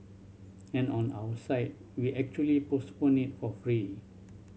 and on our side we actually postpone it for free